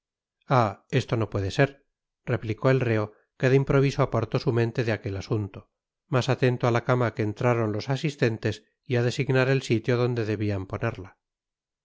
ah esto no puede ser replicó el reo que de improviso apartó su mente de aquel asunto más atento a la cama que entraron los asistentes y a designar el sitio donde debían ponerla